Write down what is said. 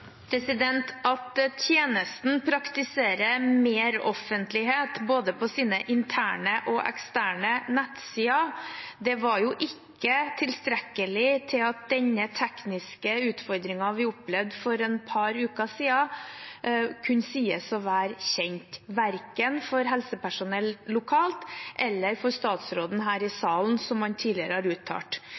At tjenesten praktiserer mer offentlighet både på sine interne og på sine eksterne nettsider, var ikke tilstrekkelig til at den tekniske utfordringen vi opplevde for et par uker siden, kunne sies å være kjent – verken for helsepersonell lokalt eller for statsråden her i salen, som han tidligere har uttalt.